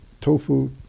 tofu